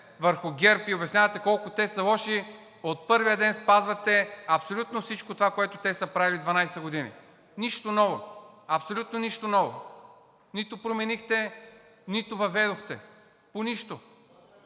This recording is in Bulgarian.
върху ГЕРБ и обяснявате колко те са лоши, от първия ден спазвате абсолютно всичко това, което те са правили 12 години. Нищо ново! Абсолютно нищо ново – нито променихте, нито въведохте. По нищо!